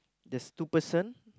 there's two person